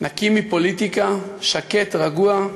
נקי מפוליטיקה, שקט, רגוע,